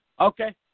Okay